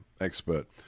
expert